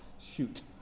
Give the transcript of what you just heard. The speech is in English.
shoot